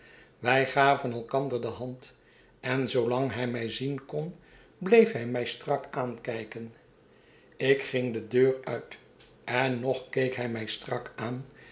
wij gaven elkander de hand en zoolang hij mij zien kon bleef hij mij strak aankijken ik ging de deur uit en nog keek hij mij strak aan